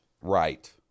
Right